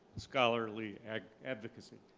scholarly advocacy.